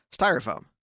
styrofoam